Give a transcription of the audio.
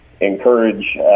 encourage